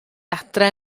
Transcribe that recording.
adre